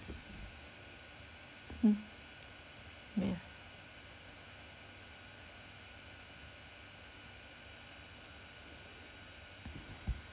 mm yeah